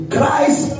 Christ